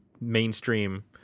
mainstream